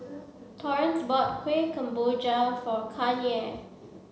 Torrance bought Kueh Kemboja for Kanye